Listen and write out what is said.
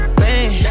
bang